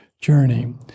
journey